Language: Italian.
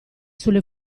sulle